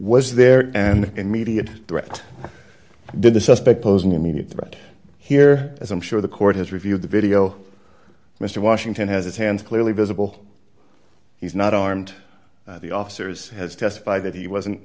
was there an immediate threat did the suspect pose an immediate threat here as i'm sure the court has reviewed the video mr washington has its hands clearly visible he's not armed the officers has testified that he wasn't